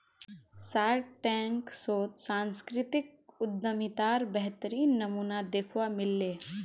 Shark Tank शोत सांस्कृतिक उद्यमितार बेहतरीन नमूना दखवा मिल ले